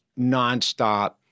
nonstop